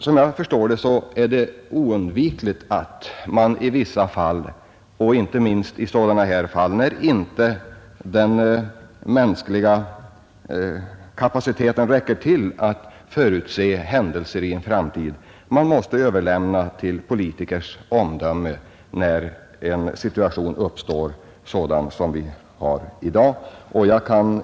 Som jag förstår det är det oundvikligt att man i vissa fall — inte minst i sådana som behandlas här måste överlämna till politikers omdöme att ta ställning till en i framtiden aktuell situation.